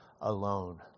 alone